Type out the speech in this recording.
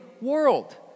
world